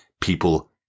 people